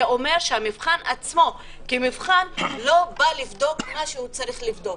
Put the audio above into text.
זה אומר שהמבחן עצמו כמבחן לא בא לבדוק מה שהוא צריך לבדוק.